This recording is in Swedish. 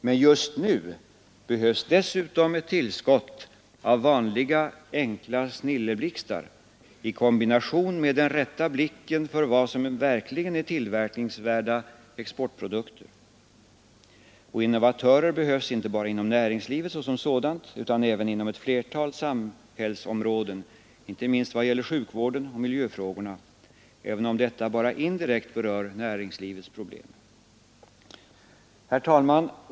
Men just nu behövs dessutom ett tillskott av vanliga, enkla snilleblixtar i kombination med den rätta blicken för vad som verkligen är tillverkningsvärda exportprodukter. Och innovatörer behövs inte bara inom näringslivet såsom sådant, utan även inom ett flertal samhällsområden inte minst i vad gäller sjukvården och miljöfrågorna även om detta bara indirekt berör näringslivets problem. Herr talman!